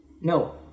No